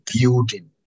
building